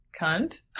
cunt